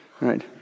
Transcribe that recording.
Right